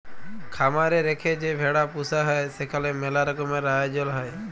খামার এ রেখে যে ভেড়া পুসা হ্যয় সেখালে ম্যালা রকমের আয়জল হ্য়য়